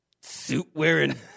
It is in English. suit-wearing